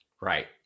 right